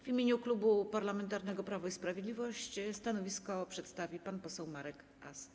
W imieniu Klubu Parlamentarnego Prawo i Sprawiedliwość stanowisko przedstawi pan poseł Marek Ast.